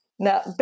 Now